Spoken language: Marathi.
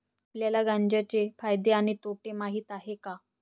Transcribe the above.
आपल्याला गांजा चे फायदे आणि तोटे माहित आहेत का?